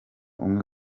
umwe